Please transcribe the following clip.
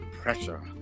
pressure